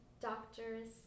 doctors